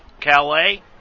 Calais